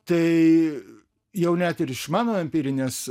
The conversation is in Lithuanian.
tai jau net ir iš mano empirinės